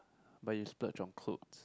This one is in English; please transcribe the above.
but you splurge on clothes